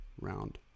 round